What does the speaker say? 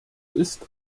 ist